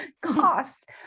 cost